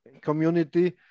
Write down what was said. community